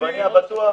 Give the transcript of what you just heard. עגבנייה בטוח,